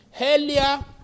Earlier